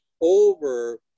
over